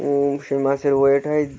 সেই মাছের ওয়েট হয়